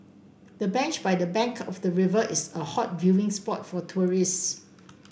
the bench by the bank of the river is a hot viewing spot for tourists